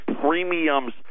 Premiums